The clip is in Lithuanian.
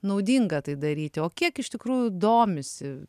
naudinga tai daryti o kiek iš tikrųjų domisi